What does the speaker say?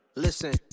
Listen